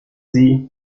sie